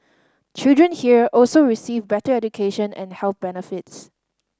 children here also receive better education and health benefits